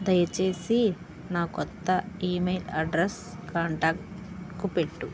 దయచేసి నా కొత్త ఈమెయిల్ అడ్రస్ కాంటాక్ట్కు పెట్టు